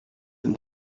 them